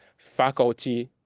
faculty,